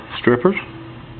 strippers